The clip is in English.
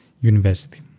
university